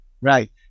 Right